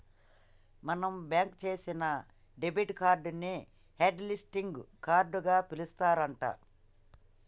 మనం బ్లాక్ చేసిన debit card ని హట్ లిస్టింగ్ కార్డుగా పిలుస్తారు అంట